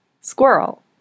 Squirrel